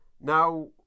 now